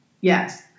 Yes